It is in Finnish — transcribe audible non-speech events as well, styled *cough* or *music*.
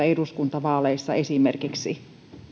*unintelligible* eduskuntavaaleissa esimerkiksi